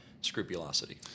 scrupulosity